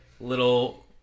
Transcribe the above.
little